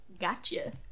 Gotcha